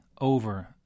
over